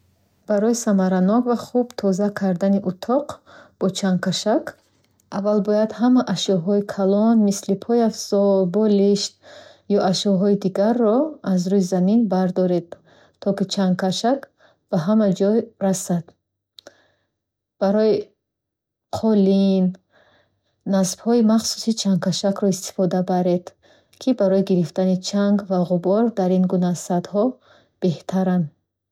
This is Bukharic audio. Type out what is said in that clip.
Барои самаранок ва хуб пок кардани утоқ бо чангкашак, аввал бояд аз ҳама ашёҳои калон, мисли пойафзол, болишт ё ашёи дигарро аз рӯи замин бардоред, то ки чангкашак ба ҳама ҷой расад. Барои қолин, насбҳои махсуси чангкашакро истифода баред, ки барои гирифтани чанг ва ғубор дар ин гуна сатҳҳо беҳтаранд.